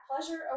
pleasure